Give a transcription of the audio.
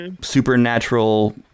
supernatural